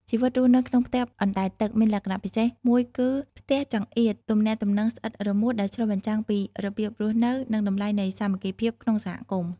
ជីវិតរស់នៅក្នុងផ្ទះអណ្ដែតទឹកមានលក្ខណៈពិសេសមួយគឺ "ផ្ទះចង្អៀត ទំនាក់ទំនងស្អិតរមួត" ដែលឆ្លុះបញ្ចាំងពីរបៀបរស់នៅ និងតម្លៃនៃសាមគ្គីភាពក្នុងសហគមន៍។